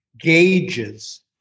gauges